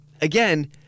again